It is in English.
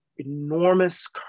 enormous